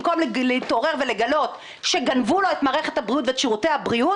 במקום להתעורר ולגלות שגנבו לו את מערכת הבריאות ואת שירותי הבריאות,